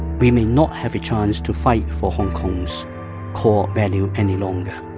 we may not have a chance to fight for hong kong's core value any longer.